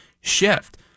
shift